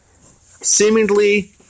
seemingly